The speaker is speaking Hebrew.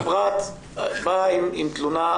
הפרט בא עם תלונה,